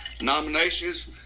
nominations